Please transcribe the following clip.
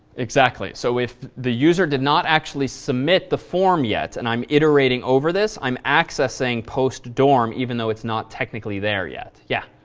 exactly. so if the user did not actually submit the form yet, and i'm iterating over this, i'm accessing post dorm even though it's not technically there yet. yeah.